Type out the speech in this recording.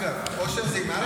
אגב, אושר זה עם אל"ף או עי"ן?